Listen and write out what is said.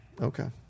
okay